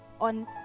on